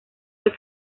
del